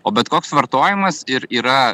o bet koks vartojimas ir yra